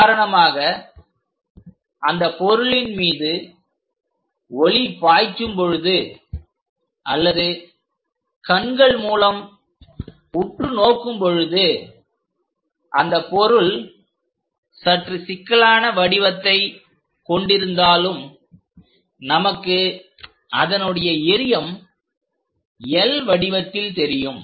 உதாரணமாக அந்த பொருளின் மீது ஒளி பாய்ச்சும் பொழுது அல்லது கண்கள் மூலம் உற்று நோக்கும் பொழுது அந்த பொருள் சற்று சிக்கலான வடிவத்தைக் கொண்டிருந்தாலும் நமக்கு அதனுடைய எறியம் L வடிவத்தில் தெரியும்